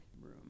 room